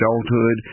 adulthood